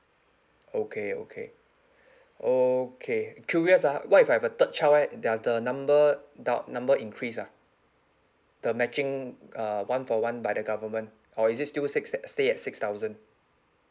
okay okay okay curious ah what if I have a third child leh does the number dou~ number increase ah the matching uh one for one by the government or is it still six st~ stay at six thousand